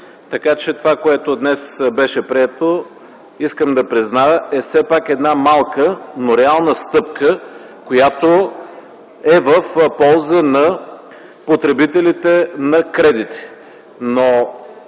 така че това, което днес беше прието искам да призная, че е все пак една малка, но реална стъпка, която е в полза на потребителите на кредити.